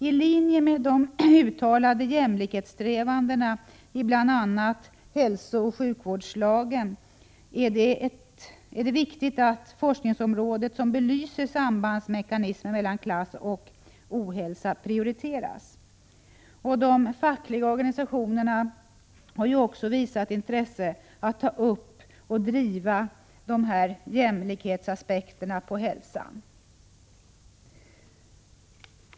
I linje med de uttalade jämlikhetssträvandena i bl.a. hälsooch sjukvårdslagen är det viktigt att det forskningsområde som belyser sambandsmekanismer mellan klass och ohälsa prioriteras. De fackliga organisationerna har också visat intresse för att ta upp och driva dessa jämlikhetsaspekter på hälsan.